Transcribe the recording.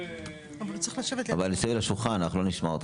איפה אתה עובד?